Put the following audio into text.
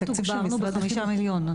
אנחנו השנה תוגברנו בחמישה מיליון.